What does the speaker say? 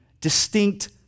distinct